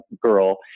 girl